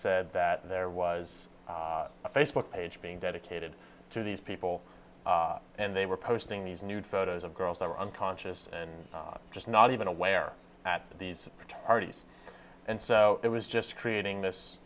said that there was a facebook page being dedicated to these people and they were posting these nude photos of girls that were unconscious and just not even aware that these are these and so it was just creating this